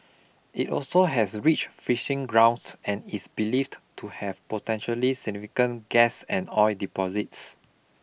it also has rich fishing grounds and is believed to have potentially significant gas and oil deposits